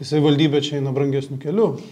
savivaldybė čia eina brangesniu keliu